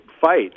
fight